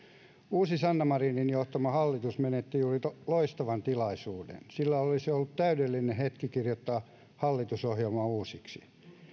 uusi sanna marinin johtama hallitus menetti juuri loistavan tilaisuuden sillä olisi ollut täydellinen hetki kirjoittaa hallitusohjelma uusiksi